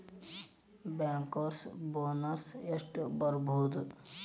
Bankers bonus ಎಷ್ಟ್ ಬರ್ಬಹುದು?